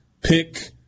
pick